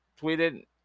tweeted